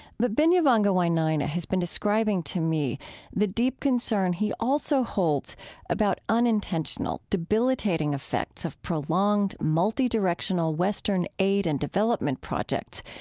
but binyavanga wainaina has been describing to me the deep concern he also holds about unintentional debilitating effects of prolonged multidirectional western aid and development projects,